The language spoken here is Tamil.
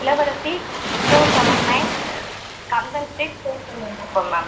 Ilavarasi two seven nine Kandan street Perperiyankuppam ma'am